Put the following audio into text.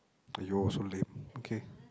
!aiyo! so lame okay